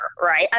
right